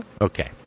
Okay